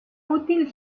útil